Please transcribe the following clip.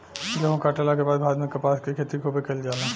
गेहुं काटला के बाद भारत में कपास के खेती खूबे कईल जाला